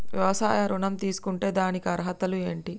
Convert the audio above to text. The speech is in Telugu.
వ్యవసాయ ఋణం తీసుకుంటే దానికి అర్హతలు ఏంటి?